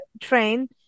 train